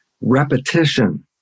repetition